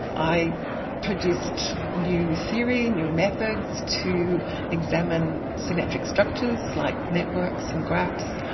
i produced new theory, new methods to examine symmetric structures like networks and graphs,